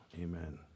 Amen